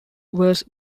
was